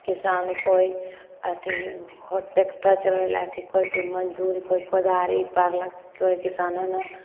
किसान कोइ अथी हो टेक्टर चलैलक कोइ कि मजदूर कोइ कोदारि पारलक कोइ किसान हइ ने